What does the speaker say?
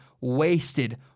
wasted